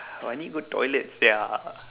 I need go toilet sia